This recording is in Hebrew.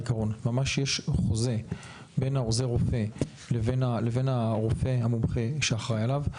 ממש יש חוזה בין עוזר הרופא לבין הרופא המומחה שאחראי עליו,